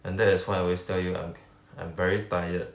and that is why I always tell you I'm I'm very tired